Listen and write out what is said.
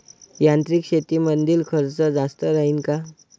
यांत्रिक शेतीमंदील खर्च जास्त राहीन का?